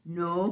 no